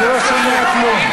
אני לא שומע כלום.